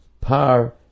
par